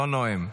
לא נואם.